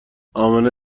امنه